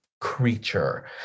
creature